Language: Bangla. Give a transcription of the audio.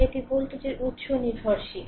এটি ভোল্টেজ উৎস নির্ভরশীল